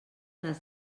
les